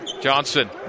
Johnson